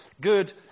good